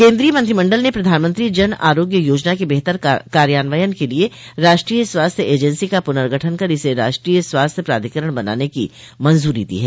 केन्द्रीय मंत्रिमण्डल ने प्रधानमंत्री जन आरोग्य योजना के बेहतर कार्यान्वयन के लिए राष्ट्रीय स्वास्थ्य एजेंसी का पुनर्गठन कर इसे राष्ट्रीय स्वास्थ्य प्राधिकरण बनाने की मंजूरी दी है